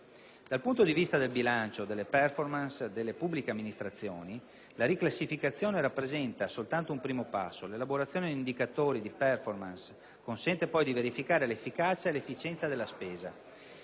Dal punto di vista del bilancio delle *performance* delle pubbliche amministrazioni, la riclassificazione rappresenta soltanto un primo passo. L'elaborazione di indicatori di *performance* consente poi di verificare l'efficacia e l'efficienza della spesa.